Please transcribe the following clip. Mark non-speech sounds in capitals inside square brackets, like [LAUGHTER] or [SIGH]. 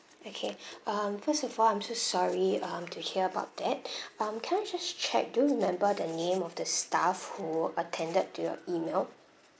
okay [BREATH] um first of all I'm so sorry um to hear about that [BREATH] um can I just check do you remember the name of the staff who attended to your email